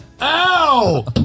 Ow